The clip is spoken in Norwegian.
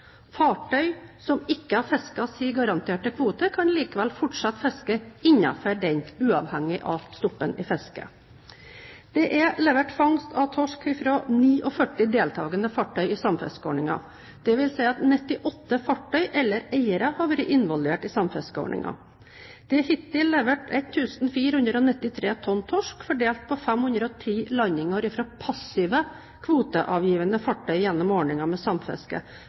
Fartøy som ikke har fisket sin garanterte kvote, kan likevel fortsette fisket innenfor den, uavhengig av stoppen i fisket. Det er levert fangst av torsk fra 49 deltakende fartøy i samfiskeordningen, dvs. at 98 fartøy eller eiere har vært involvert i samfiskeordningen. Det er hittil levert 1 493 tonn torsk fordelt på 510 landinger fra passive kvoteavgivende fartøy gjennom ordningen med samfiske